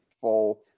full